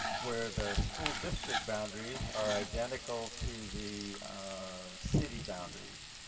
where the school district's boundaries are identical to the city boundaries.